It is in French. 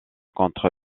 contre